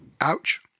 Ouch